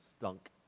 stunk